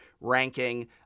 ranking